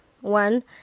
one